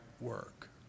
work